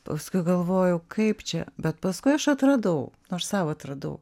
paskui galvoju kaip čia bet paskui aš atradau nors sau atradau